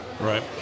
right